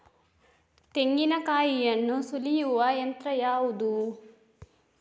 ತೆಂಗಿನಕಾಯಿಯನ್ನು ಸುಲಿಯುವ ಯಂತ್ರ ಯಾವುದು?